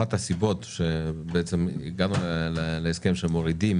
אחת הסיבות שבעצם הגענו להסכם שמורידים